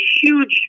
huge